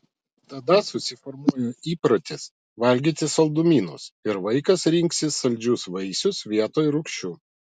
tada susiformuoja įprotis valgyti saldumynus ir vaikas rinksis saldžius vaisius vietoj rūgščių